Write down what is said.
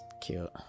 cute